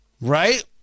Right